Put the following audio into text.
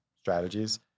strategies